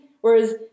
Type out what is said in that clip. Whereas